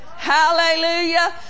Hallelujah